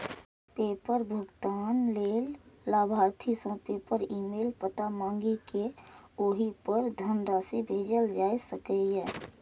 PayPal भुगतान लेल लाभार्थी सं पेपल ईमेल पता मांगि कें ओहि पर धनराशि भेजल जा सकैए